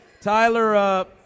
Tyler